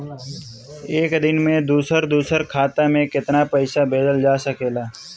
एक दिन में दूसर दूसर खाता में केतना पईसा भेजल जा सेकला?